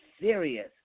serious